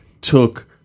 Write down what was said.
took